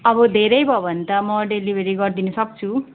अब धेरै भयो भने त म डेलिभरी गरिदिनु सक्छु